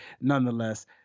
Nonetheless